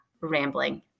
rambling